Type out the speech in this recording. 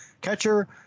catcher